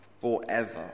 forever